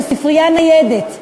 של ספרייה ניידת,